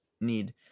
need